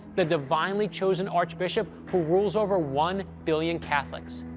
the divinely chosen archbishop who rules over one billion catholics.